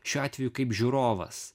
šiuo atveju kaip žiūrovas